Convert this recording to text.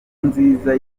nziza